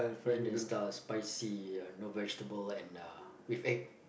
Indian style spicy no vegetables and with egg